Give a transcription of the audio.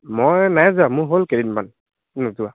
মই নাই যোৱা মোৰ হ'ল কেইদিনমান নোযোৱা